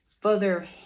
further